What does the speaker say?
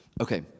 Okay